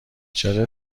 چاره